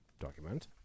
document